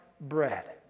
bread